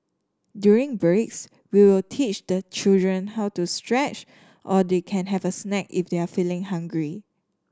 during breaks we will teach the children how to stretch or they can have a snack if they're feeling hungry